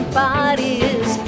bodies